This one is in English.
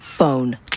phone